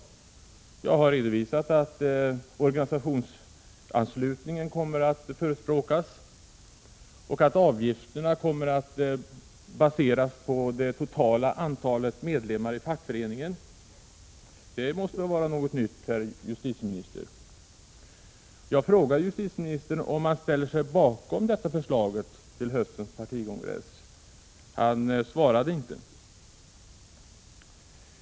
Som jag här har redovisat kommer organisationsanslutning att förespråkas och avgifterna att baseras på det totala antalet medlemmar i fackföreningen. Det måste väl vara något nytt, herr justitieminister? Jag frågade justitieministern om han ställer sig bakom detta förslag till höstens partikongress. Han svarade inte.